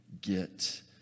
get